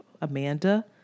Amanda